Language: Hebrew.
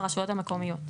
עובדי רשימות.